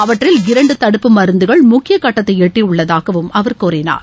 அவற்றில் இரண்டு தடுப்பு மருந்துகள் முக்கிய கட்டத்தை எட்டியுள்ளதாகக் அவர் கூறினார்